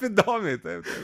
įdomiai taip taip